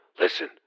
Listen